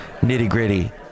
nitty-gritty